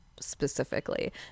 specifically